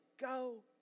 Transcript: go